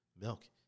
milk